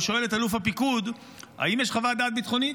הוא שואל את אלוף הפיקוד אם יש חוות דעת ביטחונית.